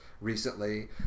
recently